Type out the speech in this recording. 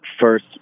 first